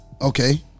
okay